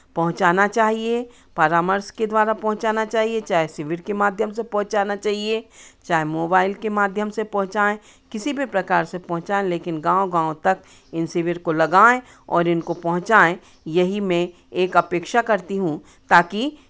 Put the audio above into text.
पहुंचाना चाहिए परामर्श के द्वारा पहुंचाना चाहिए चाहे शिविर के माध्यम से पहुंचाना चाहिए चाहे मोबाइल के माध्यम से पहुंचाऍं किसी भी प्रकार से पहुंचाएँ लेकिन गाँव गाँव तक इन शिविर को लगाएँ और इनको पहुंचाएँ यही मैं एक अपेक्षा करती हूँ ताकि